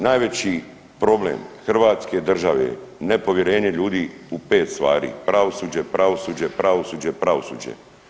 Najveći problem Hrvatske države je nepovjerenje ljudi u 5 stvari, pravosuđe, pravosuđe, pravosuđe, pravosuđe.